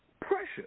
Pressure